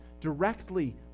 directly